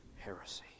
heresy